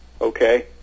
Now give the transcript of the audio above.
Okay